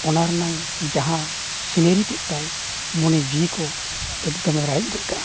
ᱚᱱᱟ ᱨᱮᱱᱟᱜ ᱡᱟᱦᱟᱸ ᱥᱤᱱᱟᱨᱤ ᱛᱮᱫ ᱛᱟᱭ ᱢᱚᱱᱮ ᱡᱤᱣᱤ ᱠᱚ ᱮᱠᱫᱚᱢᱮ ᱨᱟᱲᱮᱡ ᱜᱚᱫ ᱠᱟᱜᱼᱟ